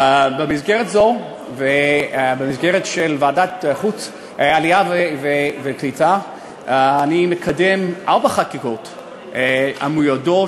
במסגרת זו ובמסגרת ועדת העלייה והקליטה אני מקדם ארבע חקיקות המיועדות,